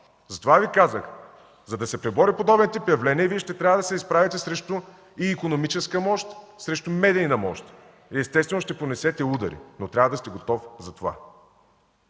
Затова Ви казах – за да се пребори подобен тип явление, Вие ще трябва да се изправите срещу икономическа мощ, срещу медийна мощ и, естествено, ще понесете удари, но трябва да сте готов за това,